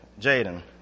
Jaden